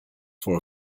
for